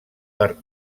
per